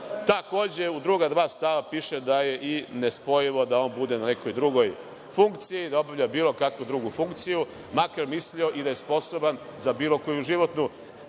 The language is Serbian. Takođe, u druga dva stava piše da je nespojivo da on bude na nekoj drugoj funkciji, da obavlja bilo kakvu drugu funkciju, makar mislio i da je sposoban za bilo koju životnu